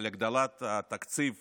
על הגדלת התקציב